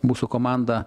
mūsų komanda